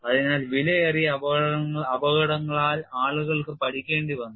അതിനാൽ വിലയേറിയ അപകടങ്ങളാൽ ആളുകൾക്ക് പഠിക്കേണ്ടി വന്നു